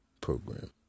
program